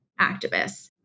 activists